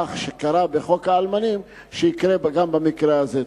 למהלך שקרה בחוק האלמנים שיקרה גם במקרה הזה.